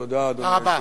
תודה, אדוני היושב-ראש.